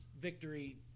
victory